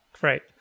great